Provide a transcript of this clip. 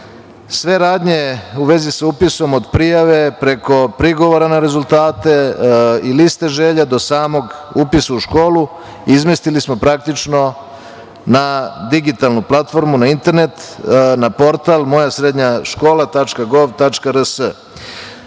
Sve radnje u vezi sa upisom, od prijave, preko prigovora na rezultate i liste želja, do samog upisa u školu izmestili smo praktično na digitalnu platformu, na internet, na portal „mojasrednjaskola.gov.rs“.